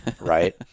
right